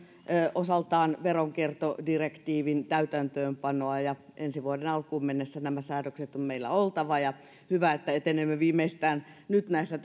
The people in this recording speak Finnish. osaltaan veronkiertodirektiivin täytäntöönpanoa ensi vuoden alkuun mennessä nämä säädökset on meillä oltava ja hyvä että etenemme viimeistään nyt näissä